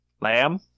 Lamb